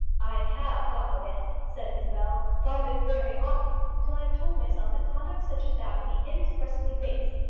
i have thought of it, said isabel thought of it very often, till i have told myself that conduct such as that would be inexpressibly base.